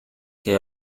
que